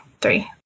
three